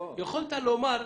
יכולת לומר,